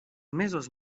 mesos